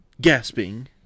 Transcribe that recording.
gasping